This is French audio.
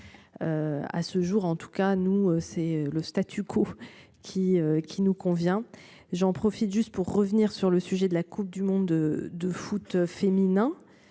À ce jour en tout cas nous c'est le statu quo qui qui nous convient. J'en profite. Juste pour revenir sur le sujet de la Coupe du monde de foot féminin.